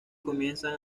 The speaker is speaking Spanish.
comienzan